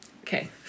Okay